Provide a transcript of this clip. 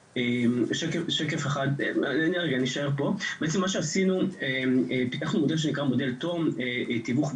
בעצם מה שעשינו זה שפיתחנו מודל חדש שנקרא מודל ת.ו.מ תיווך,